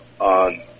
on